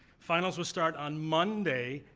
finals will start on monday,